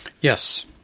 Yes